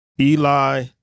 Eli